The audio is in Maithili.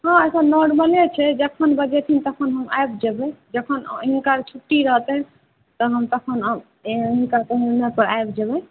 हँ एखन नॉरमले छै जखन बजेथिन तखन हम आबि जैबे जखन हिनकर छुट्टी रहतनि हम तहन तखन हम हिनका कहनेपर आबि जेबै